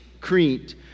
Crete